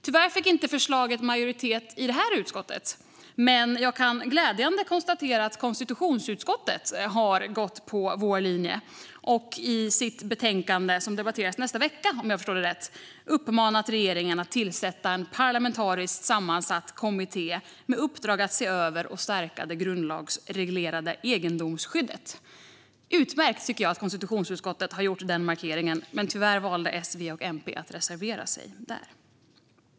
Tyvärr fick inte förslaget majoritet i det här utskottet, men jag kan glädjande nog konstatera att konstitutionsutskottet har gått på vår linje och i sitt betänkande, som debatteras nästa vecka om jag förstår det rätt, uppmanat regeringen att tillsätta en parlamentariskt sammansatt kommitté med uppdrag att se över och stärka det grundlagsreglerade egendomsskyddet. Jag tycker att det är utmärkt att konstitutionsutskottet har gjort denna markering. Tyvärr valde S, V och MP att reservera sig där.